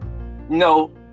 No